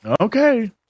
okay